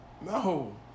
No